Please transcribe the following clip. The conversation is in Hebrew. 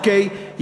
אוקיי,